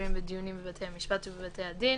ואסירים בדיונים בבתי המשפט ובבתי הדין),